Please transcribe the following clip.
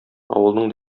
авылның